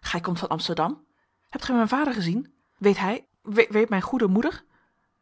gij komt van amsterdam hebt gij mijn vader gezien weet hij weet mijne goede moeder